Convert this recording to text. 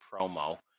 promo